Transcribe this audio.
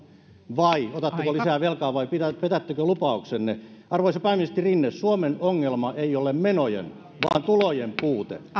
otatteko lisää velkaa vai petättekö lupauksenne arvoisa pääministeri rinne suomen ongelma ei ole menojen vaan tulojen puute